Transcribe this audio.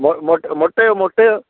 മുട്ടയോ മുട്ടയോ